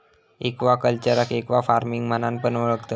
एक्वाकल्चरका एक्वाफार्मिंग म्हणान पण ओळखतत